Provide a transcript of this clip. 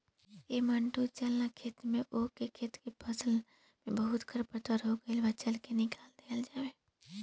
ऐ मंटू चल ना खेत में ओह खेत के फसल में बहुते खरपतवार हो गइल बा, चल के निकल दिहल जाव